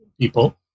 people